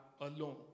alone